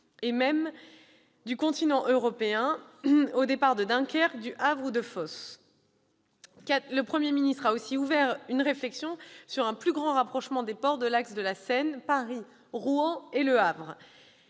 et même du continent européen, au départ de Dunkerque, du Havre ou de Fos. Le Premier ministre a aussi ouvert une réflexion sur un plus grand rapprochement des ports de l'axe de la Seine, Paris, Rouen et Le Havre,